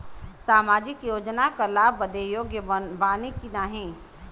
सामाजिक योजना क लाभ बदे योग्य बानी की नाही?